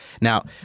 Now